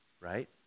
right